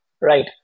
Right